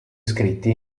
scritti